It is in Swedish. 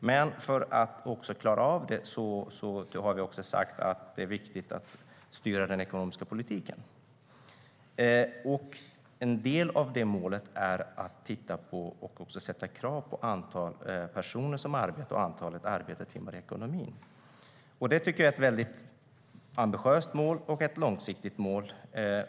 Men vi har också sagt att det är viktigt att styra den ekonomiska politiken, för att vi ska klara av det. En del av målet är att titta på och även ställa krav på antalet personer som arbetar och antalet arbetade timmar i ekonomin. Det är ett ambitiöst och långsiktigt mål.